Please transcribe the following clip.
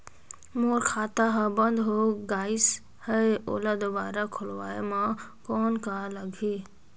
मोर खाता हर बंद हो गाईस है ओला दुबारा खोलवाय म कौन का लगही?